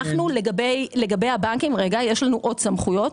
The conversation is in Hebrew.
לגבי הבנקים, יש לנו עוד סמכויות.